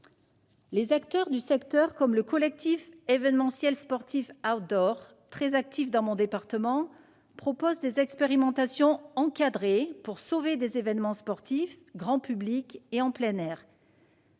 Les acteurs du secteur, comme le collectif événementiel sportif Outdoor, très actif dans mon département, proposent des expérimentations encadrées pour sauver des événements sportifs grand public en plein air.